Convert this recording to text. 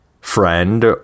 friend